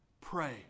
pray